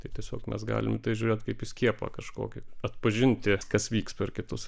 tai tiesiog mes galim į tai žiūrėti kaip į skiepą kažkokį atpažinti kas vyks per kitus